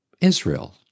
Israel